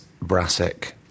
Brassic